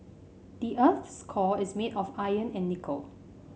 the earth's core is made of iron and nickel